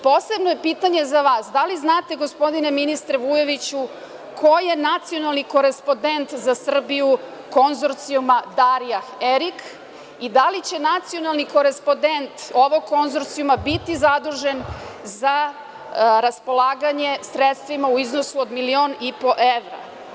Posebno je pitanje za vas – da li znate, gospodine Vujoviću, ko je nacionalni korespondent za Srbiju Konzorcijuma Darija Erik i da li će nacionalni korespondent ovog konzorcijuma biti zadužen za raspolaganje sredstvima u iznosu od milion i po evra?